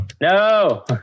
No